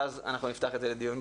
ואז אנחנו נפתח את זה לדיון.